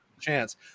chance